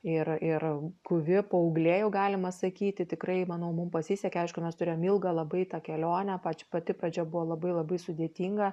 ir ir guvi paauglė jau galima sakyti tikrai manau mum pasisekė aišku mes turėjom ilgą labai tą kelionę pati pradžia buvo labai labai sudėtinga